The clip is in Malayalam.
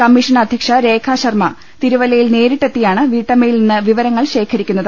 കമ്മീഷൻ അധ്യക്ഷ രേഖാ ശർമ്മ തിരുവല്ലയിൽ നേരിട്ടെത്തിയാണ് വീട്ടമ്മയിൽ നിന്ന് വിവരങ്ങൾ ശേഖരിക്കുന്നത്